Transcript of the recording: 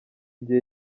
gihe